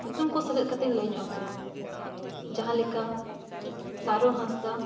ᱧᱩᱛᱩᱢ ᱠᱚ ᱥᱮᱞᱮᱫ ᱠᱟᱛᱮᱧ ᱞᱟᱹᱭ ᱧᱚᱜ ᱟᱯᱮᱭᱟ ᱡᱟᱦᱟᱸ ᱞᱮᱠᱟ ᱥᱟᱨᱚ ᱦᱟᱸᱥᱫᱟ